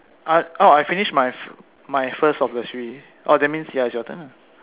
uh oh I finished my my first of the three oh that means ya its your turn lah